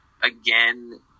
again